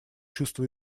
чувство